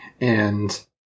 and-